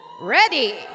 ready